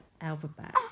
alphabet